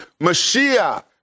Mashiach